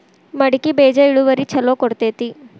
ಮಡಕಿ ಬೇಜ ಇಳುವರಿ ಛಲೋ ಕೊಡ್ತೆತಿ?